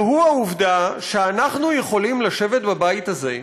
והוא העובדה שאנחנו יכולים לשבת בבית הזה,